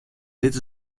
dit